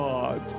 God